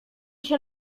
się